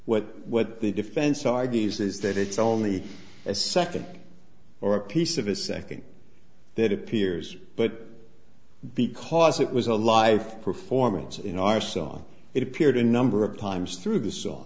what what the defense argues is that it's only a second or a piece of a second that appears but because it was a live performance in our saw it appeared a number of times through the so